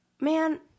man